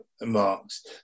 marks